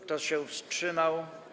Kto się wstrzymał?